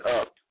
up